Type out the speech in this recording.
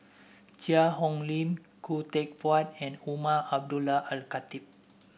Cheang Hong Lim Khoo Teck Puat and Umar Abdullah Al Khatib